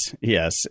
yes